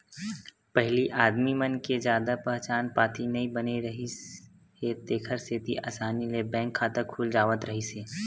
पहिली आदमी मन के जादा पहचान पाती नइ बने रिहिस हे तेखर सेती असानी ले बैंक खाता खुल जावत रिहिस हे